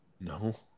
No